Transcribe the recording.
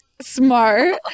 smart